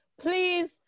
Please